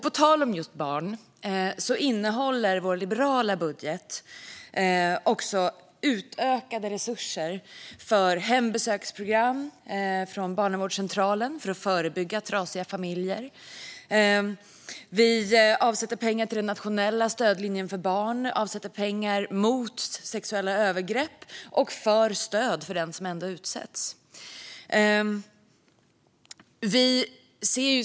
På tal om barn innehåller vår liberala budget också utökade resurser för hembesöksprogram från barnavårdscentralen för att förebygga trasiga familjer. Vi avsätter pengar till den nationella stödlinjen för barn, mot sexuella övergrepp och för stöd för den som ändå utsätts.